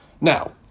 Now